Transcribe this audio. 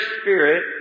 spirit